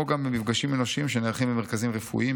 כמו גם במפגשים אנושיים שנערכים במרכזים רפואיים,